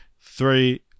Three